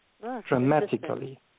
dramatically